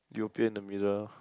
you appear in the middle